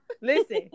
Listen